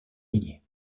lignée